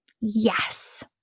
Yes